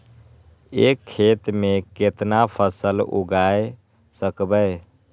एक खेत मे केतना फसल उगाय सकबै?